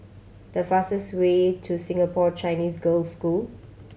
the fastest way to Singapore Chinese Girls' School